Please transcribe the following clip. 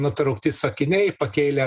nutraukti sakiniai pakėlė